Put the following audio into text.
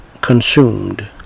consumed